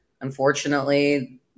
Unfortunately